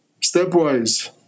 stepwise